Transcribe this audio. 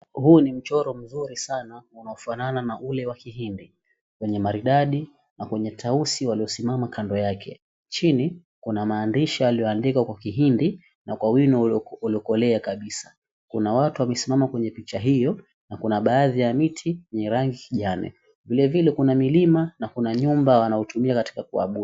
Huu ni mchoro mzuri sana unaofanana na ule wa Kihindi wenye maridadi na wenye tausi waliosimama kando yake. Chini kuna mahandishi yaliyoandikwa kwa Kihindi na kwa wino ulikolea kabisa. Kuna watu wamesimama kwenye picha hiyo na kuna baadhi ya miti yenye rangi ya kijani. Vilevile kuna milima na kuna nyumba wanaotumia katika kuabudu.